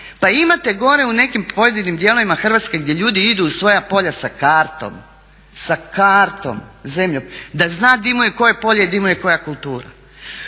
Pa imate gore u nekim pojedinim dijelovima Hrvatske gdje ljudi idu u svoja polja sa kartom, sa kartom, da zna di mu je koje polje i di mu je koja kultura.